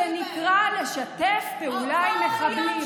זה נקרא לשתף פעולה עם מחבלים.